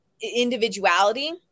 individuality